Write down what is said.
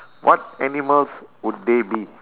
what animals would they be